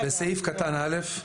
בסעיף קטן (א)